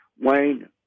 Wayne